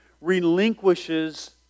relinquishes